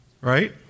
Right